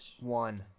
One